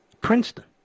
Princeton